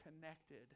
connected